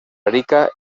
arica